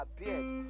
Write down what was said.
appeared